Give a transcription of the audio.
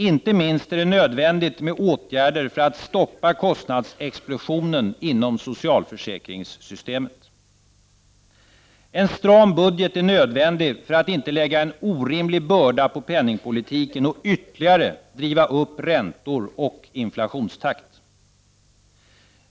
Inte minst är det nödvändigt med åtgärder för att stoppa kostnadsexplosionen inom socialförsäkringssystemet. En stram budget är nödvändig för att inte lägga en orimlig börda på penningpolitiken och ytterligare driva upp räntor och inflationstakt.